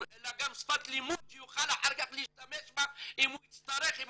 אלא גם שפת לימוד שיוכל אחר כך להשתמש בה אם הוא יצטרך עם